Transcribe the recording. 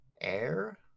Air